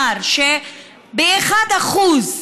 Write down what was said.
אדוני היושב-ראש.